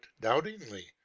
doubtingly